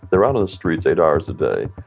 they're out on the streets eight hours a day.